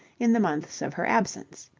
in the months of her absence.